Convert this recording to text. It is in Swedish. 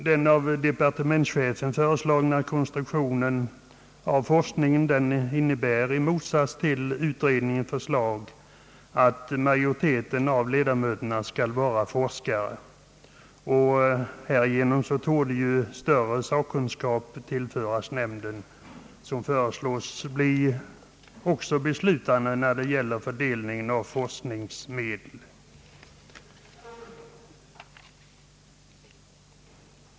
Den av departementschefen föreslagna konstruktionen av forskningen innebär, 1 motsats till utredningens förslag, att majoriteten av ledamöterna skall vara forskare. Härigenom torde större sakkunskap tillföras nämnden, som också föreslås bli beslutande när det gäller fördelning av forskningsmedel.